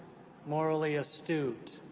morally astute,